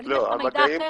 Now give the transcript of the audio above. אבל אם יש לך מידע אחר,